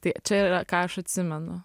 tai čia yra ką aš atsimenu